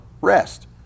rest